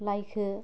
लाइखो